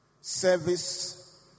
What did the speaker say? service